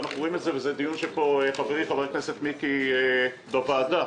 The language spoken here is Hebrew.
זה דיון שחברי חבר הכנסת מיקי לוי אמר בוועדה.